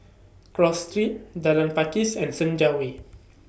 Cross Street Jalan Pakis and Senja Way